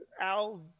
Al